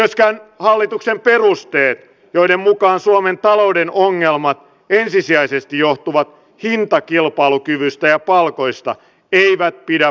myöskään hallituksen perusteet joiden mukaan suomen talouden ongelmat ensisijaisesti johtuvat hintakilpailukyvystä ja palkoista eivät pidä paikkaansa